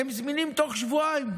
והם זמינים בתוך שבועיים.